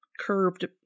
curved